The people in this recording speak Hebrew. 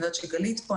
אני יודעת שגלית פה,